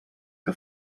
que